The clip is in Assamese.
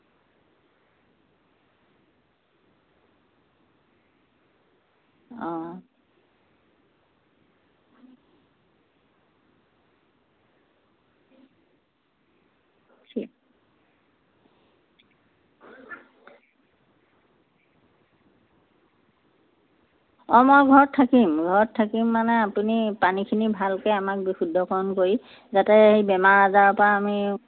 অঁ অঁ মই ঘৰত থাকিম ঘৰত থাকি মানে আপুনি পানীখিনি ভালকৈ আমাক বিশুদ্ধকৰণ কৰি যাতে বেমাৰ আজাৰপৰা আমি